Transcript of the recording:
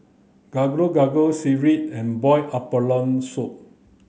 gado gado sireh and boiled abalone soup